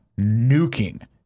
nuking